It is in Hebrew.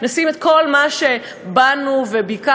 נשים את כל מה שבאנו וביקשנו,